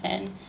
plan